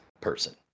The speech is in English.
person